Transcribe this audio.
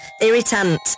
irritant